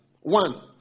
One